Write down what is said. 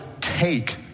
take